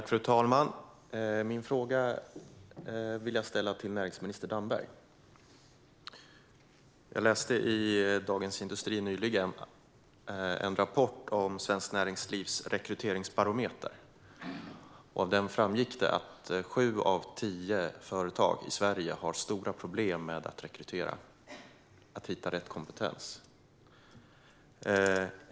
Fru talman! Jag vill ställa min fråga till näringsminister Damberg. Jag läste nyligen i Dagens industri en rapport om Svenskt Näringslivs rekryteringsbarometer. Av den framgick att sju av tio företag i Sverige har stora problem med att rekrytera och hitta rätt kompetens.